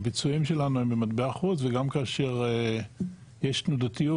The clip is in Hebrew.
הביצועים שלנו הם במטבע חוץ וגם כאשר יש תנודתיות